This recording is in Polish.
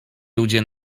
ludzie